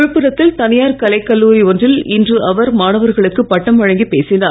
விழுப்புரத்தில் தனியார் கலைக் கல்லூரி ஒன்றில் இன்று அவர் மாணவர்களுக்கு பட்டம் வழங்கி பேசினார்